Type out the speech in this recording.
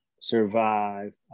survive